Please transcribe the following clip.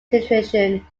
situation